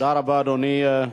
תודה רבה, אדוני.